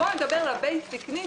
בואו נדבר על הצרכים הבסיסיים.